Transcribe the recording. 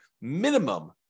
minimum